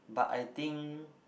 but I think